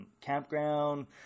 campground